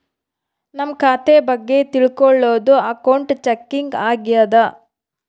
ನಮ್ ಖಾತೆ ಬಗ್ಗೆ ತಿಲ್ಕೊಳೋದು ಅಕೌಂಟ್ ಚೆಕಿಂಗ್ ಆಗ್ಯಾದ